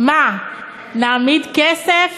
מה, נעמיד כסף